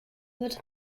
votre